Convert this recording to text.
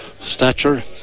stature